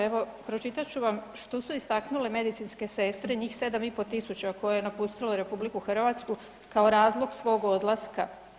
Evo, pročitat ću vam što su istaknule medicinske sestre, njih 7,5 tisuća koje je napustilo RH kao razlog svog odlaska.